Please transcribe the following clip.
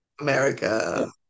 America